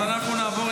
אז אנחנו נעבור,